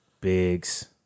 Biggs